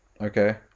okay